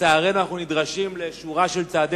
לצערנו אנחנו נדרשים לשורה של צעדי